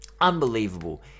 Unbelievable